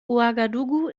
ouagadougou